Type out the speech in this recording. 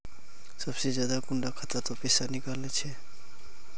सबसे ज्यादा कुंडा खाता त पैसा निकले छे?